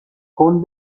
کورن